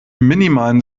minimalen